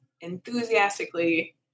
enthusiastically